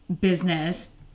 business